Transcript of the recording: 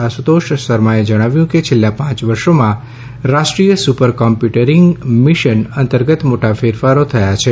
આશુતોષ શર્માએ જણાવ્યું કે છેલ્લાં પાંચ વર્ષોમાં રાષ્ટ્રીય સુપરકોમ્પ્યુટિંગ મિશન અંતર્ગત મોટા ફેરફારો થયા છે